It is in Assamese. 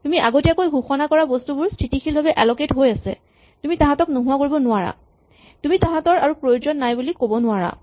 তুমি আগতীয়াকৈ ঘোষণা কৰা বস্তুবোৰ স্হিতিশীলভাৱে এলকেট হৈ আছে তুমি তাঁহাতক নোহোৱা কৰিব নোৱাৰা তুমি তাঁহাতক আৰু প্ৰয়োজন নাই বুলি ক'ব নোৱাৰা